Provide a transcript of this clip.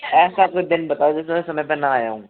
ऐसा कोई दिन बताओ जिस दिन मैं समय पे ना आया हूँ